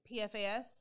Pfas